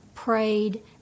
prayed